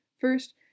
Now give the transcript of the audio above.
first